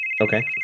Okay